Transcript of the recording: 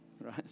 right